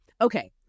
Okay